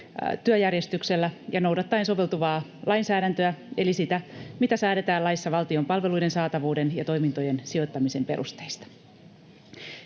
työjärjestyksellä ja noudattaen soveltuvaa lainsäädäntöä eli sitä, mitä säädetään laissa valtion palveluiden saatavuuden ja toimintojen sijoittamisen perusteista.